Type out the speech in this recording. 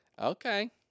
Okay